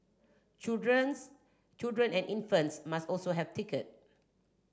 children's children and infants must also have ticket